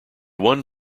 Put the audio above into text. one